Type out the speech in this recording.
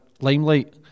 limelight